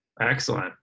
Excellent